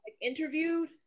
Interviewed